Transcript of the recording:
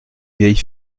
vieille